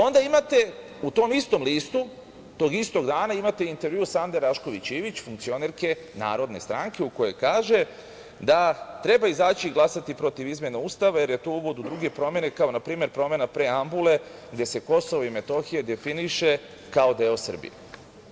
Onda imate u tom istom listu, tog istog dana, imate intervju Sande Rašković Ivić, funkcionerke Narodne stranke, u kojoj kaže da treba izaći i glasati protiv izmena Ustava, jer je to uvod u druge promene, kao na primer promena preambule gde se KiM definiše kao deo Srbije.